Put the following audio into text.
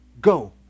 go